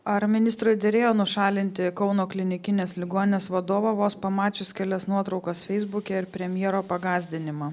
ar ministrui derėjo nušalinti kauno klinikinės ligoninės vadovą vos pamačius kelias nuotraukas feisbuke ir premjero pagąsdinimą